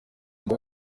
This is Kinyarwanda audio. ngo